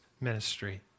ministry